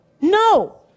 no